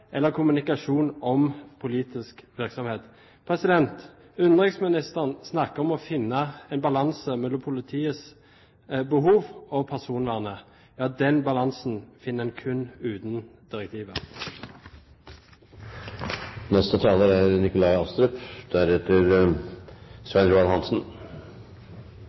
eller kommunikasjon om politisk virksomhet. Utenriksministeren snakker om å finne en balanse mellom politiets behov og personvernet. Den balansen finner en kun uten